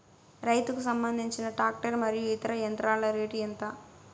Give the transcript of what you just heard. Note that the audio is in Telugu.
రైతుకు సంబంధించిన టాక్టర్ మరియు ఇతర యంత్రాల రేటు ఎంత?